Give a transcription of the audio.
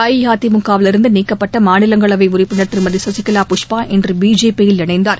அஇஅதிமுகவிலிருந்து நீக்கப்பட்ட மாநிலங்களவை உறுப்பினர் திருமதி சசிகலா புஷ்பா இஇற்ற பிஜேபியில் இணைந்தார்